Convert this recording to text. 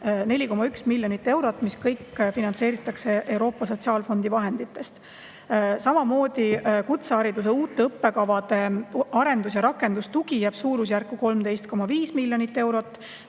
4,1 miljonit eurot, mis kõik finantseeritakse Euroopa Sotsiaalfondi vahenditest. Kutsehariduse uute õppekavade arendus- ja rakendustugi jääb suurusjärku 13,5 miljonit eurot,